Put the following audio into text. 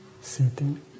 sitting